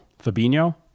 Fabinho